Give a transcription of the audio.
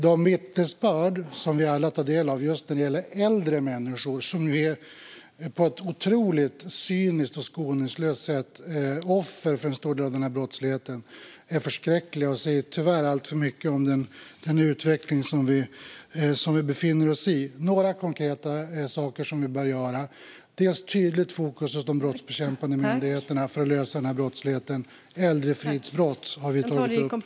De vittnesbörd som vi alla tar del av just när det gäller äldre människor, som på ett otroligt cyniskt och skoningslöst sätt är offer för en stor del av den här brottsligheten, är förskräckliga och säger tyvärr alltför mycket om den utveckling som vi befinner oss i. Några konkreta saker som behövs är dels ett tydligt fokus hos de brottsbekämpande myndigheterna för att lösa den här brottsligheten, dels att införa äldrefridsbrott som en särskild straffrättslig grund.